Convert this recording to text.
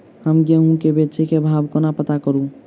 हम गेंहूँ केँ बेचै केँ भाव कोना पत्ता करू?